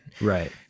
Right